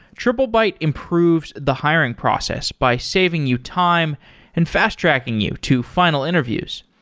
triplebyte improves the hiring process by saving you time and fast-tracking you to final interviews.